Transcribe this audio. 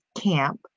Camp